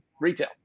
retail